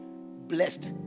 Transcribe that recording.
blessed